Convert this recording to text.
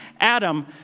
Adam